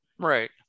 right